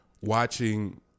watching